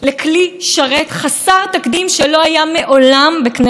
ועדת השרים לחקיקה היא שקובעת לכל הח"כים